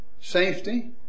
safety